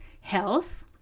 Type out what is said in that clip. health